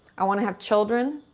i want to have children.